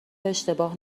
اشتباه